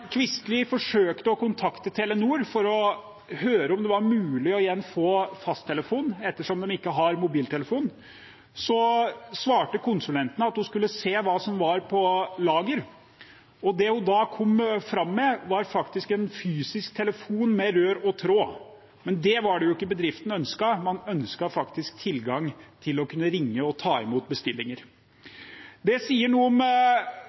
forsøkte å kontakte Telenor for å høre om det var mulig igjen å få fasttelefon ettersom de ikke har mobiltelefon, svarte konsulenten at hun skulle se hva som var på lager. Det hun da kom fram med, var en fysisk telefon med rør og tråd, men det var jo ikke det bedriften ønsket. Man ønsket faktisk tilgang til å kunne ringe og ta imot bestillinger. Det sier noe om